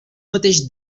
mateix